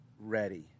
ready